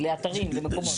לאתרים, למקומות.